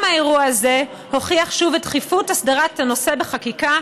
גם האירוע הזה הוכיח שוב את דחיפות הסדרת הנושא בחקיקה